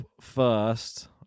first